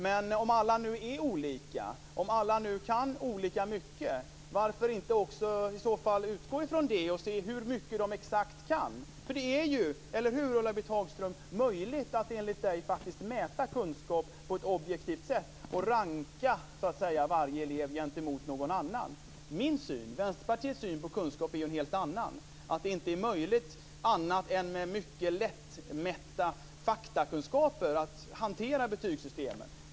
Men om alla nu är olika, om alla nu kan olika mycket, varför inte i så fall utgå från det och se hur mycket de exakt kan? Det är ju enligt Ulla Britt Hagström möjligt att faktiskt mäta kunskap på ett objektivt sätt och ranka varje elev gentemot någon annan. Min syn, Vänsterpartiets syn, på kunskap är en helt annan, nämligen att det inte är möjligt annat än med mycket lätt mätta faktakunskaper att hantera betygssystemen.